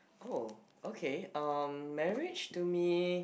oh okay um marriage to me